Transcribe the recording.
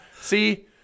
See